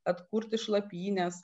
atkurti šlapynes